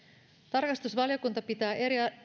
tarkastusvaliokunta pitää